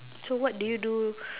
so what did you do